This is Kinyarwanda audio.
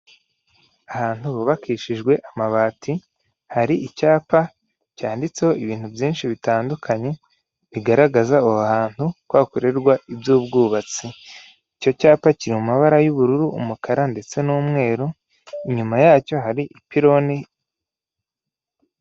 Ahantu hubakishijwe amabati hari icyapa cyanditseho ibintu byinshi bitandukanye bigaragaza aho hantu ko hakorerwa iby'ubwubatsi icyo cyapa kiri mu mabara y'ubururu umukara ndetse n'umweru inyuma yacyo hari ipironi.